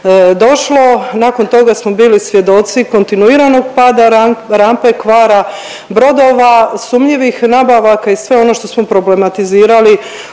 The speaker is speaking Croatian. došlo. Nakon toga smo bili svjedoci kontinuiranog pada rampe, kvara brodova, sumnjivih nabavaka i sve ono što smo problematizirali